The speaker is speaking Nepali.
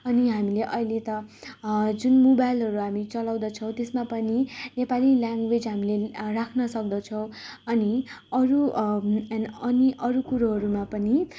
अनि हामीले अहिले त जुन मोबाइलहरू हामी चलाउँदछौँ त्यसमा पनि नेपाली ल्याङ्वेज हामीले राख्न सक्दछौँ अनि अरू एन अनि अरू कुरोहरूमा पनि